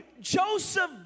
Joseph